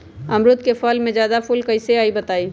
अमरुद क फल म जादा फूल कईसे आई बताई?